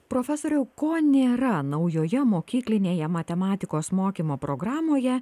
profesoriau ko nėra naujoje mokyklinėje matematikos mokymo programoje